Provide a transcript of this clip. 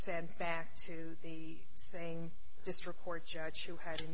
sent back to the saying district court judge who had